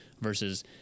versus